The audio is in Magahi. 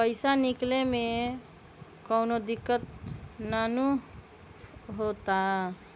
पईसा निकले में कउनो दिक़्क़त नानू न होताई?